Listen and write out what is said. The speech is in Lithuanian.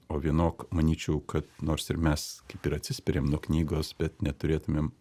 o vienok manyčiau ka nors ir mes kaip ir atsispiriam nuo knygos bet neturėtumėm